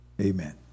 Amen